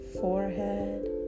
forehead